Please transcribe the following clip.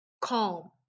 calm